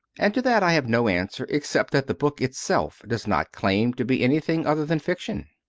and to that i have no answer except that the book itself does not claim to be anything other than fiction.